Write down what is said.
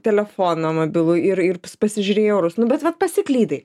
telefoną mobilų ir ir pasižiūrėjai orus nu bet vat pasiklydai